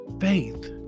faith